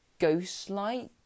ghost-like